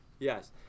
Yes